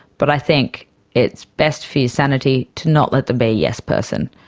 but i think it's best for your sanity to not let them be a yes person,